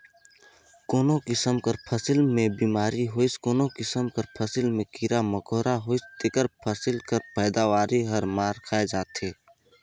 कोनो किसिम कर फसिल में बेमारी होइस कोनो किसिम कर फसिल में कीरा मकोरा होइस तेकर फसिल कर पएदावारी हर मार खाए जाथे